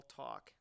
talk